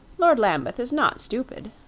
lord lambeth is not stupid.